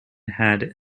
had